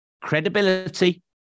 credibility